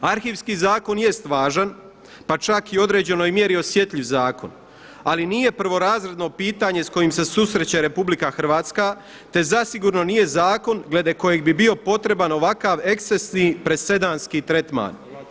Arhivski zakon jest važan, pa čak i u određenoj mjeri osjetljiv zakon ali nije prvorazredno pitanje s kojim se susreće RH, te zasigurno nije zakon glede kojeg bi bio potreban ovakav ekscesni presedanski tretman.